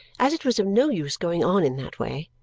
as it was of no use going on in that way,